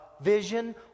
vision